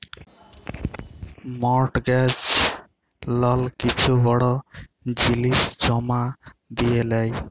mortgage লল কিছু বড় জিলিস জমা দিঁয়ে লেই